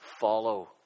follow